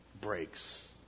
Breaks